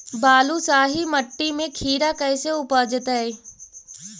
बालुसाहि मट्टी में खिरा कैसे उपजतै?